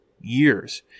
years